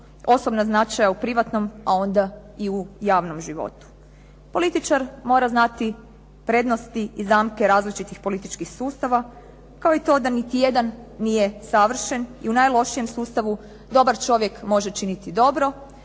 osobna značaja u privatnom, a onda i u javnom životu. Političar mora znati prednosti i zamke različitih političkih sustava kao i to da niti jedan nije savršen i u najlošijem sustavu dobar čovjek može činiti dobro,